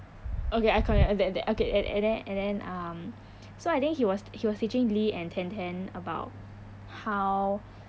okay I cont~ that that okay and then um so I think he was he was teaching lee and ten ten about how